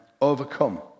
overcome